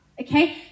okay